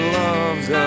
loves